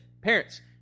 parents